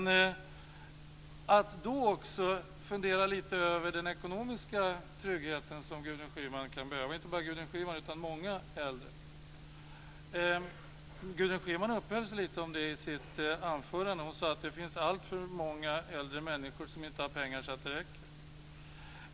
Då måste man också fundera lite över den ekonomiska trygghet som inte bara Gudrun Schyman utan många äldre kan behöva. Gudrun Schyman uppehöll sig lite vid det i sitt anförande. Hon sade att det finns alltför många äldre människor som inte har pengar så att det räcker.